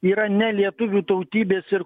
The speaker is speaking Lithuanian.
yra ne lietuvių tautybės ir